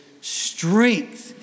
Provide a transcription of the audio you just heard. strength